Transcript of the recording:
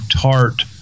tart –